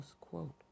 quote